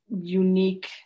unique